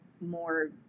more